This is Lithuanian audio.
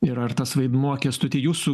ir ar tas vaidmuo kęstuti jūsų